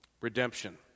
Redemption